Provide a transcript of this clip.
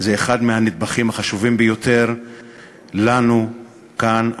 היא אחד מהנדבכים החשובים ביותר לנו כאן,